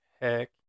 Heck